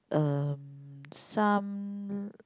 um some